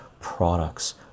products